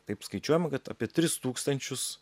taip skaičiuojama kad apie tris tūkstančius